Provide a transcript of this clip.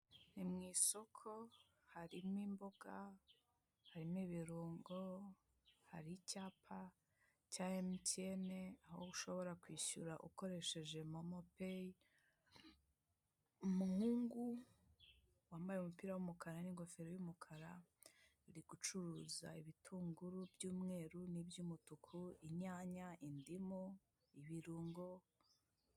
Ni mu isoko harimo: imboga, harimo ibirungo hari icyapa cya emutiyene, aho ushobora kwishyura ukoresheje momopeyi. Umuhungu wambaye umupira w'umukara n'ingofero y'umukara ari gucuruza ibitunguru by'umweru n'iby'umutuku, inyanya, indimu ibirungo.